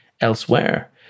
elsewhere